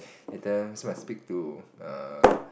later still must speak to err